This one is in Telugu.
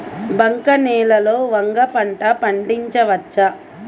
బంక నేలలో వంగ పంట పండించవచ్చా?